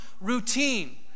routine